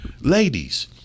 ladies